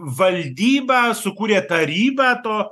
valdybą sukurė tarybą to